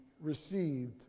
received